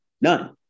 None